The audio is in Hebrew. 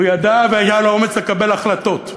הוא ידע והיה לו האומץ לקבל החלטות.